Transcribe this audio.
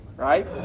Right